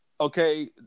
okay